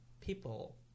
people